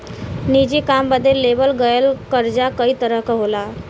निजी काम बदे लेवल गयल कर्जा कई तरह क होला